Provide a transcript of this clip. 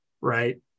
right